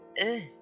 earth